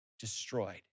destroyed